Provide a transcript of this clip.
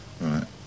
right